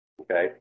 Okay